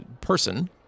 person